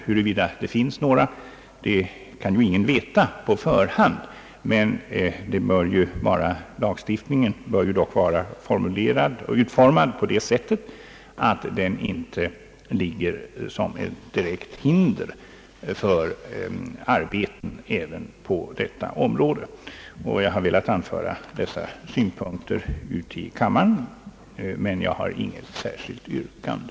Huruvida det finns några sådana kan ju ingen veta på förhand, men lagstiftningen bör dock vara utformad så att den inte hindrar arbetet även på detta område. Jag har velat anföra dessa synpunkter i kammaren, men jag har inget särskilt yrkande.